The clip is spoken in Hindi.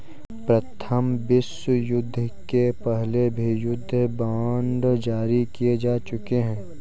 प्रथम विश्वयुद्ध के पहले भी युद्ध बांड जारी किए जा चुके हैं